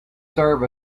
serve